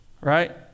right